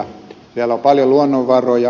siellä on paljon luonnonvaroja